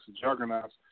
juggernauts